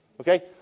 Okay